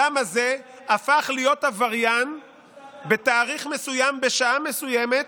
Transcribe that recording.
בהינף חוק האדם הזה הפך להיות עבריין בתאריך מסוים בשעה מסוימת